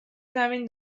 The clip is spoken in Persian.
زمین